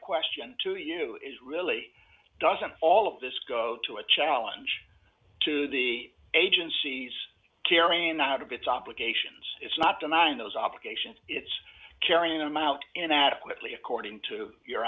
question to you is really doesn't all of this go to a challenge to the agency's carrying out of its obligations it's not denying those obligations it's carrying them out inadequately according to your